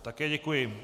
Také děkuji.